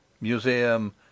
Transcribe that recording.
Museum